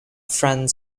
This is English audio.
franz